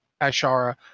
Ashara